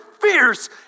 fierce